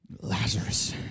Lazarus